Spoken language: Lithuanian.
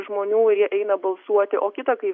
žmonių ir jie eina balsuoti o kita kai